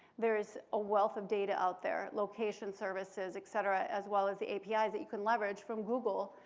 there is a wealth of data out there, location services, et cetera, as well as the apis that you can leverage from google,